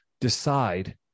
decide